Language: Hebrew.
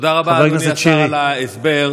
תודה רבה, אדוני השר, על ההסבר,